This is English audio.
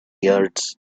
yards